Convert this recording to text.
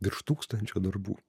virš tūkstančio darbų